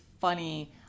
funny